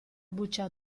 buccia